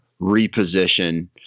reposition